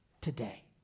today